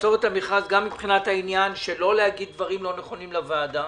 לעצור את המכרז גם מבחינת העניין שלא להגיד דברים לא נכונים לוועדה.